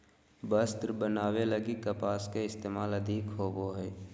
वस्त्र बनावे लगी कपास के इस्तेमाल अधिक होवो हय